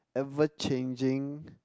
ever changing